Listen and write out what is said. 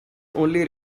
only